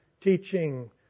teaching